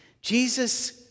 Jesus